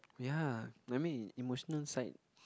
ya I mean emotional side